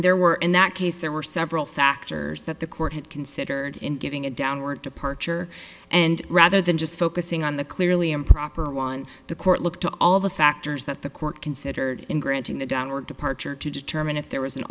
there were in that case there were several factors that the court had considered in giving a downward departure and rather than just focusing on the clearly improper one the court looked to all the factors that the court considered in granting the downward departure to determine if there was an